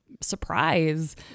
surprise